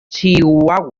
chihuahua